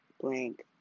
blank